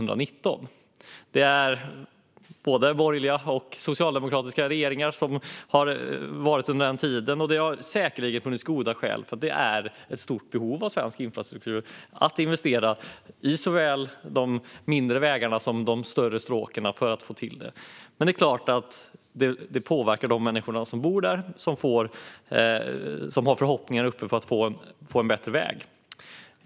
Under den tid som gått har det varit både borgerliga och socialdemokratiska regeringar, och det har säkert funnits goda skäl att investera i såväl de mindre vägarna som de större stråken. Behoven är ju stora när det gäller svensk infrastruktur. Men det är klart att det påverkar de människor som bor där och som har förhoppningar om en bättre väg.